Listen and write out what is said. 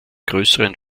größeren